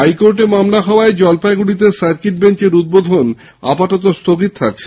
high court মামলা হওয়ায় জলপাইগুড়িতে সার্কিট বেঞ্চের উদ্ধোধন আপাততঃ স্থগিত রাখা হয়েছে